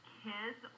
kids